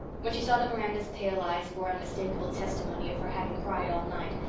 when she saw that miranda's pale eyes bore unmistakable testimony of her having cried all night,